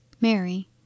mary